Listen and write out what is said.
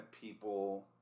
people